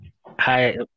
Hi